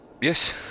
Yes